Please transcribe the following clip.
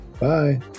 Bye